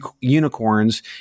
unicorns